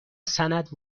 سند